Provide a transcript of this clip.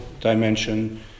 dimension